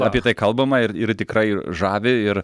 apie tai kalbama ir ir tikrai žavi ir